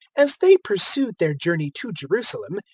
as they pursued their journey to jerusalem,